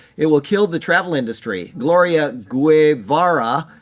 it will kill the travel industry. gloria guevara,